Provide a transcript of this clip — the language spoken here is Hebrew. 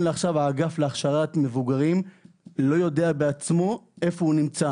לעכשיו האגף להכשרת מבוגרים לא יודע בעצמו איפה הוא נמצא,